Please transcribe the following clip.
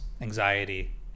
anxiety